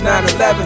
911